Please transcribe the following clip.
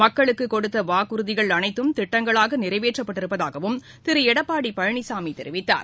மக்களுக்கு கொடுத்த வாக்குறுதிகள் அனைத்தும் திட்டங்களாக நிறைவேற்றப்பட்டிருப்பதாகவும் திரு எடப்பாடி பழனிசாமி தெரிவித்தார்